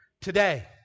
today